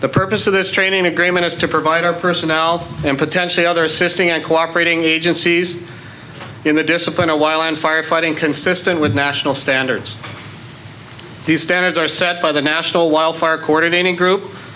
the purpose of this training agreement is to provide our personnel and potentially other assisting and cooperating agencies in the discipline awhile and firefighting consistent with national standards the standards are set by the national wildfire coordinating group